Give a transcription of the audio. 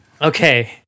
okay